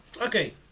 Okay